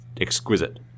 exquisite